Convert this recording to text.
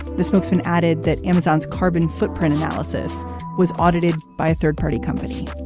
the spokesman added that amazon's carbon footprint analysis was audited by a third party company